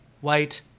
white